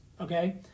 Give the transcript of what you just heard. Okay